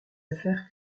affaires